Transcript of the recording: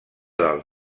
del